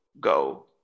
go